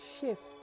shift